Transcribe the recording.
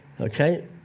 okay